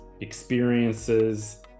experiences